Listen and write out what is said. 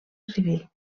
civil